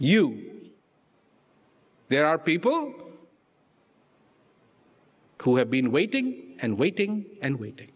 you there are people who have been waiting and waiting and waiting